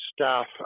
staff